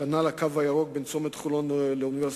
כנ"ל "הקו הירוק" בין צומת חולון לאוניברסיטת